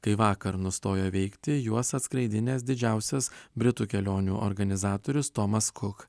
kai vakar nustojo veikti juos atskraidinęs didžiausias britų kelionių organizatorius tomas kuk